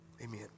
amen